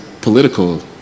political